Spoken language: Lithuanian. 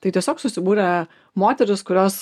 tai tiesiog susibūrė moterys kurios